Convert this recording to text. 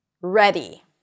Ready